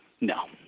No